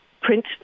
print